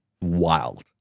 Wild